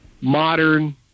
modern